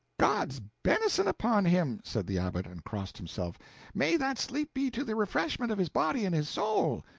god's benison upon him! said the abbot, and crossed himself may that sleep be to the refreshment of his body and his soul.